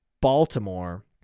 Baltimore